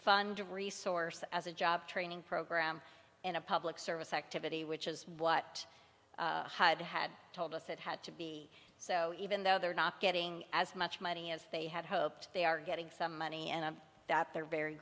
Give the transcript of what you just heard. fund a resource as a job training program in a public service activity which is what the had told us that had to be so even though they're not getting as much money as they had hoped they are getting some money and that they're very